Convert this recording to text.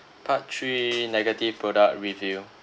part three negative product review